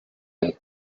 der